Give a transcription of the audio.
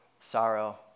sorrow